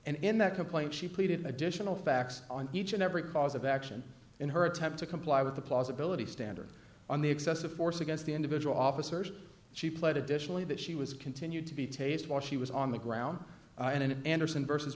and in that complaint she pleaded an additional facts on each and every cause of action in her attempt to comply with the plausibility standard on the excessive force against the individual officers she played additionally that she was continued to be taste washee was on the ground in an andersen versus